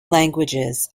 languages